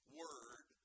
word